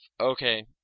Okay